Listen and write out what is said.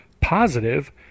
positive